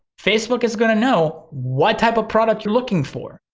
facebook is gonna know what type of product you're looking for.